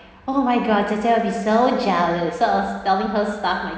oh my god jie jie will be so jealous so I was telling her stuff my